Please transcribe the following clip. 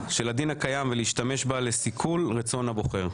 של הדין הקיים ולהשתמש בה לסיכול רצון הבוחר.